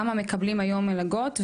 שאלה ראשונה כמה מקבלים היום מלגות?